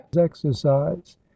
exercise